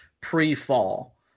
pre-fall